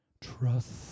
trust